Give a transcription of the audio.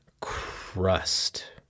crust